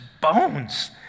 bones